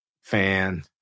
fan